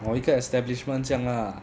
orh 一个 establishment 这样 lah